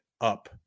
up